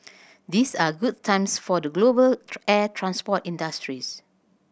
these are good times for the global air transport industries